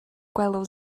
gwelwn